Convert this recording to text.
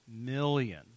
million